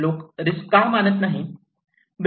लोक रिस्क का मानत नाहीत